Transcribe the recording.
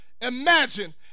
imagine